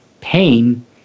pain